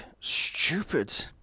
stupid